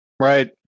Right